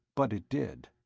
but it did.